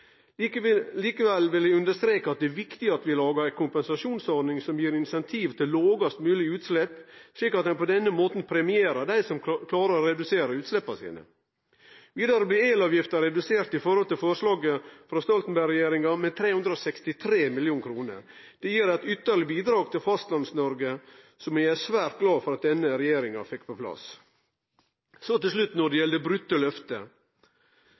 plass. Likevel vil eg understreke at det er viktig at vi lagar ei kompensasjonsordning som gir incentiv til lågast mogleg utslepp, slik at ein på denne måten premierer dei som klarer å redusere utsleppa sine. Vidare blei elavgifta redusert i høve til forslaget frå Stoltenberg-regjeringa med 363 mill. kr. Det gir eit ytterlegare bidrag til Fastlands-Noreg, som eg er svært glad for at denne regjeringa fekk på plass. Så til slutt når det